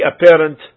apparent